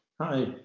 Hi